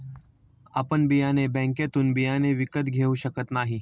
आपण बियाणे बँकेतून बियाणे विकत घेऊ शकत नाही